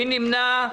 מי נמנע?